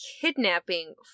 kidnapping